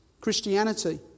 Christianity